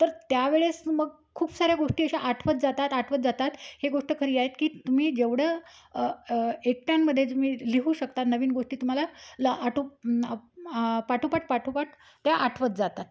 तर त्यावेळेस मग खूप साऱ्या गोष्टी अशा आठवत जातात आठवत जातात हे गोष्ट खरी आहेत की तुम्ही जेवढं एकट्यामध्ये तुम्ही लिहू शकता नवीन गोष्टी तुम्हाला ल आठो पाठोपाठ पाठोपाठ त्या आठवत जातात